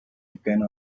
depend